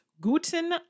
guten